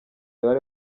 bari